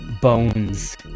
bones